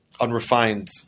unrefined